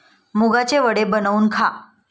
मुगाचे वडे बनवून खा